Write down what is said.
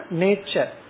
nature